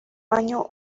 año